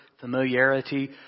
familiarity